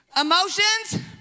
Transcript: Emotions